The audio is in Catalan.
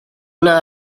una